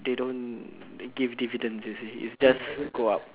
they don't give dividends you see it's just go up